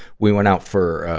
we went out for,